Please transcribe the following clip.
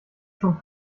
schon